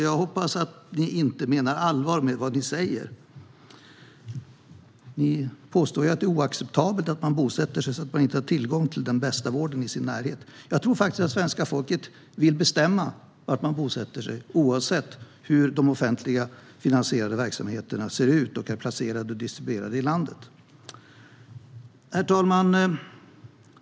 Jag hoppas att ni inte menar allvar med vad ni säger. Ni påstår att det är oacceptabelt att man bosätter sig så att man inte har tillgång till den bästa vården i sin närhet. Jag tror faktiskt att svenska folket vill bestämma var man bosätter sig, oavsett hur de offentligt finansierade verksamheterna ser ut och är placerade och distribuerade i landet. Herr talman!